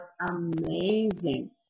amazing